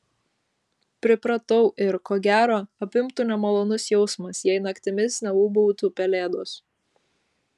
pripratau ir ko gero apimtų nemalonus jausmas jei naktimis neūbautų pelėdos